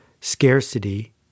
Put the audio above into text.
scarcity